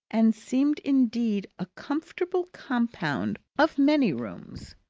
and seemed indeed a comfortable compound of many rooms.